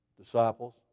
disciples